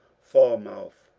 fal mouth.